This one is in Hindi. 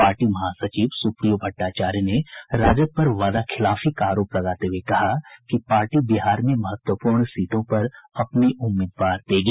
पार्टी महासचिव सुप्रियो भट्टाचार्या ने राजद पर वादाखिलाफी का आरोप लगाते हुए कहा कि पार्टी बिहार में महत्वपूर्ण सीटों पर अपने उम्मीदवार देगी